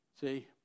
See